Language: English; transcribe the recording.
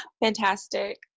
Fantastic